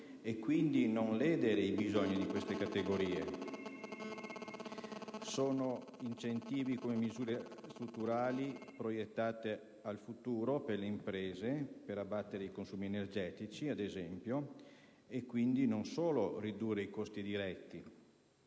e quindi non ledere i bisogni di queste categorie.; sono incentivi come misure strutturali proiettate al futuro per le imprese, per abbattere i consumi energetici, ad esempio, e quindi non solo per ridurre i costi diretti,